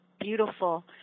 beautiful